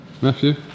Matthew